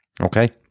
Okay